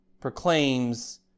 proclaims